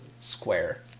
square